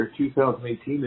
2018